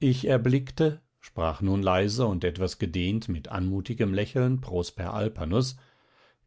ich erblickte sprach nun leise und etwas gedehnt mit anmutigem lächeln prosper alpanus